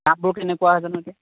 দাম বাৰু কেনেকুৱা জানো এতিয়া